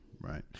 Right